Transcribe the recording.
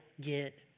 get